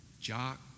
jock